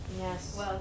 Yes